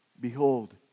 Behold